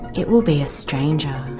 it will be a stranger.